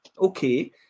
okay